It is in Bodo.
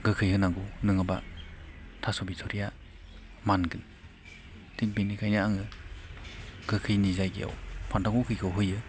गोखै होनांगौ नङाब्ला थास' बिथ'रिया मानगोन थिख बिनिखायनो आङो गोखैनि जायगायाव फान्थाव गोखैखौ होयो